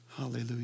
Hallelujah